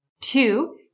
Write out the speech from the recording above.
Two